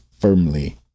firmly